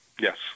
Yes